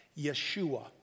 Yeshua